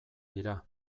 dira